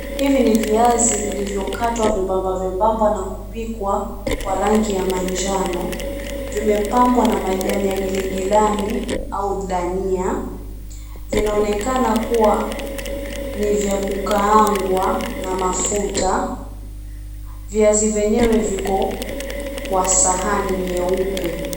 Hivi ni viazi vilivyokatwa vyembamba vyembamba na kupikwa kwa rangi ya manjano. Vimepambwa na majani ya giligilani au dania. Vinaonekana kuwa ni vya kukaangwa na mafuta. Viazi vyenyewe viko kwa sahani nyeupe.